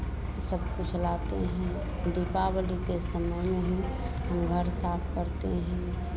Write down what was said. सब कुछ लाते हैं दीपावली के समय में ही हम घर साफ करते हैं